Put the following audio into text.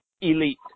elite